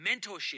mentorship